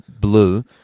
Blue